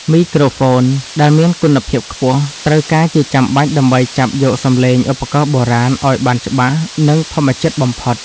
មីក្រូហ្វូនដែលមានគុណភាពខ្ពស់ ត្រូវការជាចាំបាច់ដើម្បីចាប់យកសំឡេងឧបករណ៍បុរាណឱ្យបានច្បាស់ និងធម្មជាតិបំផុត។